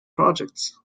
projects